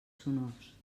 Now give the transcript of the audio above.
sonors